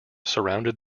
surrounded